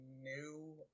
new